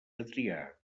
adrià